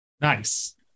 Nice